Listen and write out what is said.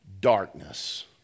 darkness